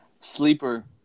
Sleeper